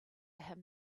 him